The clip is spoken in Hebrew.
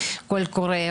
קול קורא,